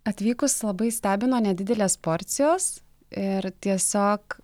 atvykus labai stebino nedidelės porcijos ir tiesiog